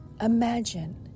Imagine